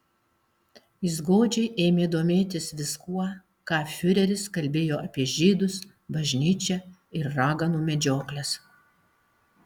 jis godžiai ėmė domėtis viskuo ką fiureris kalbėjo apie žydus bažnyčią ir raganų medžiokles